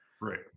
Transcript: Right